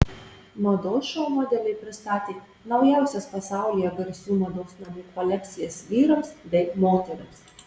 mados šou modeliai pristatė naujausias pasaulyje garsių mados namų kolekcijas vyrams bei moterims